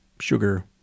Sugar